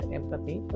empathy